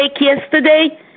yesterday